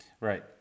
Right